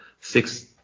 six –